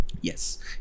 Yes